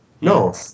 No